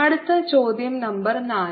അടുത്ത ചോദ്യo നമ്പർ നാല്